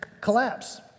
collapse